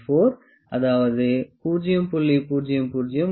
00133 rad